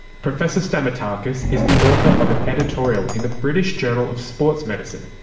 professor stamatakis is the author of an editorial in the british journal of sports medicine,